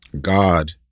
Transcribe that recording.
God